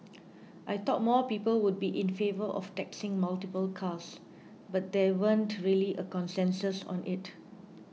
I thought more people would be in favour of taxing multiple cars but there weren't really a consensus on it